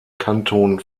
kanton